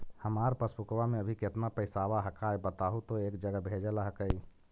हमार पासबुकवा में अभी कितना पैसावा हक्काई बताहु तो एक जगह भेजेला हक्कई?